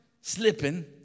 slipping